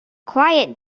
quiet